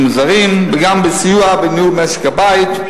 זרים וגם בסיוע בניהול משק-הבית,